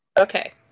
okay